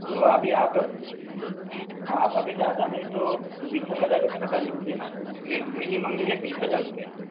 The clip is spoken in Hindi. तो अभी आप आप अभी ज़्यादा नहीं तो बीस एक हज़ार रूपए तो कर देना मिनिमम भैया बीस हज़ार रूपए